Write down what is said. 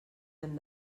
hem